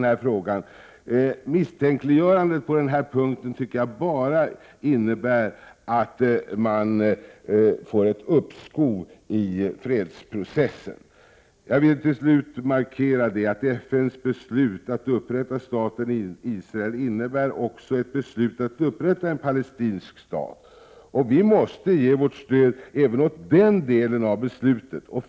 Misstänkliggörandet på den här punkten tycker jag bara innebär att det blir ett uppskov i fredsprocessen. Jag vill till slut markera att FN:s beslut att upprätta staten Israel också innebär ett beslut att upprätta en palestinsk stat. Vi måste ge vårt stöd även åt den delen av beslutet.